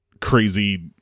crazy